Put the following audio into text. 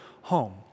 home